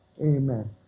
Amen